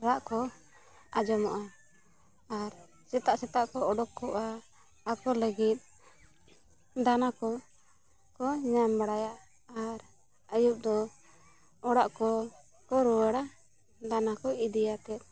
ᱨᱟᱜ ᱠᱚ ᱟᱸᱡᱚᱢᱚᱜᱼᱟ ᱟᱨ ᱥᱮᱛᱟᱜ ᱥᱮᱛᱟᱜ ᱠᱚ ᱚᱰᱚᱠ ᱠᱚᱜᱼᱟ ᱟᱠᱚ ᱞᱟᱹᱜᱤᱫ ᱫᱟᱱᱟ ᱠᱚ ᱠᱚ ᱧᱟᱢ ᱵᱟᱲᱟᱭᱟ ᱟᱨ ᱟᱹᱭᱩᱵ ᱫᱚ ᱚᱲᱟᱜ ᱠᱚ ᱠᱚ ᱨᱩᱣᱟᱹᱲᱟ ᱫᱟᱱᱟ ᱠᱚ ᱤᱫᱤᱭᱟᱛᱮ